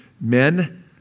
men